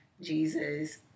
Jesus